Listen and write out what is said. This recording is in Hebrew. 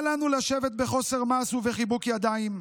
אל לנו לשבת בחוסר מעש ובחיבוק ידיים.